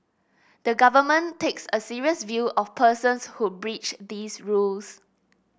the Government takes a serious view of persons who breach these rules